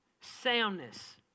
Soundness